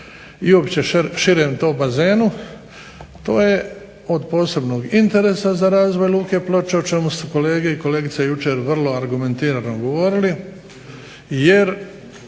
i opće širem tom bazenu to je od posebnog interesa za razvoj luke Ploče o ćemu su kolegice i kolege jučer vrlo argumentirano govorili, jer